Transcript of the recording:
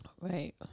Right